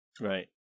Right